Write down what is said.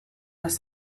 was